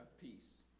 peace